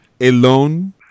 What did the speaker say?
alone